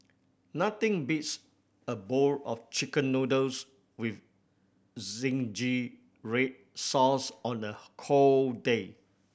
nothing beats a bowl of Chicken Noodles with zingy red sauce on a cold day